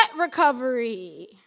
Recovery